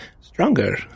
stronger